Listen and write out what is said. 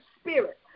spirit